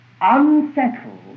unsettled